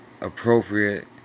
appropriate